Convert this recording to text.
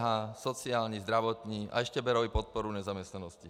DPH, sociální, zdravotní a ještě berou i podporu v nezaměstnanosti.